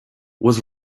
was